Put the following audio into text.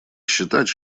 считать